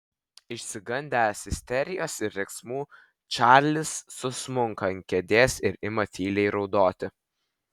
išsigandęs isterijos ir riksmų čarlis susmunka ant kėdės ir ima tyliai raudoti